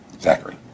Zachary